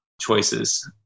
choices